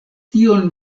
tion